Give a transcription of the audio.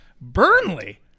Burnley